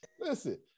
Listen